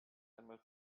einmal